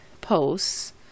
posts